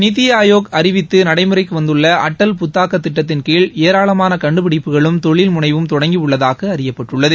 நித்தி ஆயோக் அறிவித்து நடைமுறைக்கு வந்துள்ள அட்டல் புத்தாக்க திட்டத்தின்கீழ் ஏராளமான கண்டுபிடிப்புகளும் தொழில் முனைவும் தொடங்கியுள்ளதாக அறியப்பட்டுள்ளது